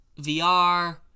VR